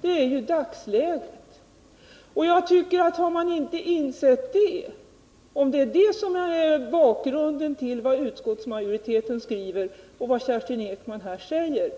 Det är ju dagsläget. Har man inte insett hur det ligger till? Är det bakgrunden till vad utskottsmajoriteten skriver och vad Kerstin Ekman här säger?